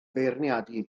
feirniadu